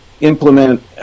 implement